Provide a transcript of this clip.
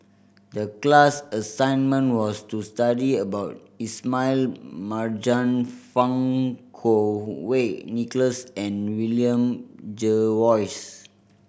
the class assignment was to study about Ismail Marjan Fang Kuo Wei Nicholas and William Jervois